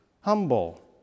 humble